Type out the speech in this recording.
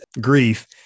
grief